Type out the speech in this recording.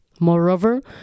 Moreover